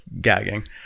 gagging